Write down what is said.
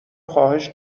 خواهش